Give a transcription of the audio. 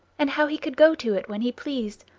and how he could go to it when he pleased,